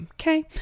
okay